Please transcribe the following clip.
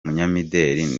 umunyamideli